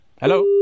Hello